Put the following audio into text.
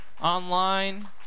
online